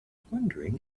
wondering